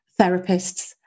therapists